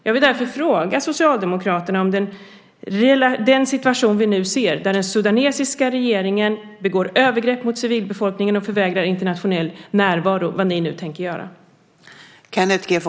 Jag vill därför fråga Socialdemokraterna vad ni tänker göra när vi nu ser att den sudanesiska regeringen begår övergrepp på civilbefolkningen och förvägrar internationell närvaro.